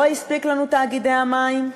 לא הספיקו לנו תאגידי המים?